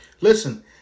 Listen